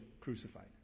crucified